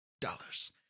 dollars